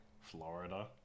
Florida